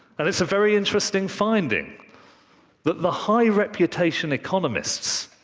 and it's a very interesting finding that the high reputation economists,